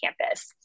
campus